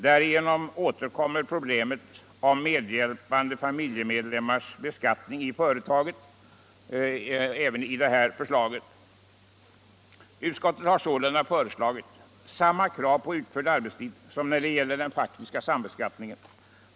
Därigenom återkommer problemet om medhjälpande familjemedlemmars beskattning i företag också i det förslaget. Utskottet har där föreslagit samma krav på utförd arbetstid som när det gäller den faktiska sambeskattningen.